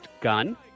Gun